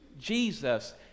Jesus